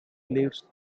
lives